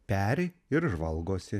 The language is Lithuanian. peri ir žvalgosi